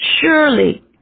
Surely